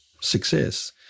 success